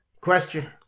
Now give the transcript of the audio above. Question